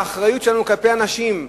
האחריות שלנו כלפי האנשים,